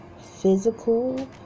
physical